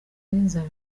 n’inzara